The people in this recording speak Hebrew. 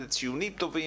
ציונים טובים